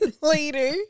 later